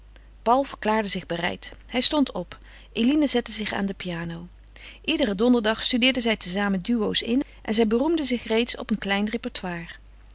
paul verklaarde zich bereid hij stond op eline zette zich aan de piano iederen donderdag studeerden zij te zamen duo's in en zij beroemden zich reeds op een klein répertoire